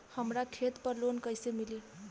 हमरा खेत पर लोन कैसे मिली?